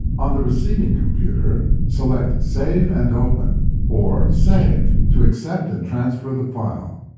on the receiving computer, select save and open or save to accept and transfer the file.